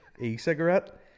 e-cigarette